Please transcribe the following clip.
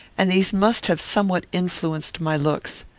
and these must have somewhat influenced my looks.